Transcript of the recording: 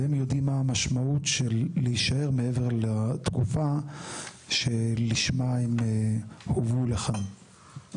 והם יודעים מה המשמעות של להישאר מעבר לתקופה שלשמה הם הובאו לכאן.